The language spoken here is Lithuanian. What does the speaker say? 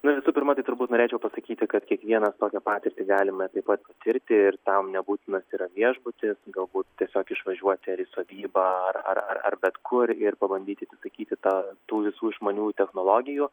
nu visų pirma tai turbūt norėčiau pasakyti kad kiekvienas tokią patirtį galime taip pat patirti ir tam nebūtinas yra viešbutis galbūt tiesiog išvažiuoti ar į sodybą ar ar ar bet kur ir pabandyti atsisakyti ta tų visų išmaniųjų technologijų